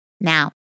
Now